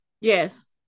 yes